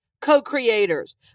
Co-creators